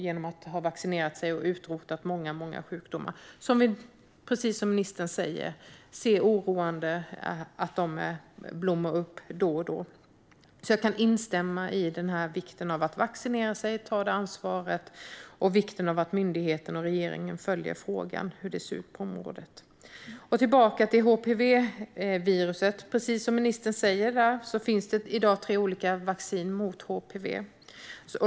Genom att man har vaccinerat sig har många sjukdomar utrotats. Precis som ministern säger är det oroande att dessa sjukdomar blossar upp då och då. Jag instämmer i vikten av att vaccinera sig, ta det ansvaret och vikten av att myndigheterna och regeringen följer frågan. Tillbaka till HPV-viruset: Precis som ministern säger finns det i dag tre olika vaccin mot HPV.